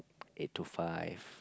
eight to five